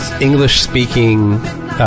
English-speaking